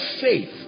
faith